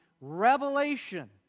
revelation